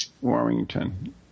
Warrington